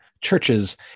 churches